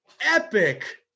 epic